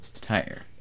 tire